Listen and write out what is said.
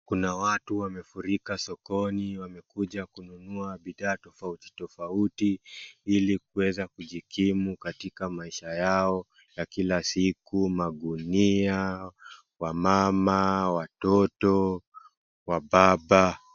Kuna watu wamefurika sokoni, wamekuja kununua bidhaa tofauti tofauti ilikuweza kujikimu katika maisha yao ya kila siku magunia ,wamama, watoto, wababa.